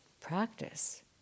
practice